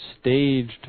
staged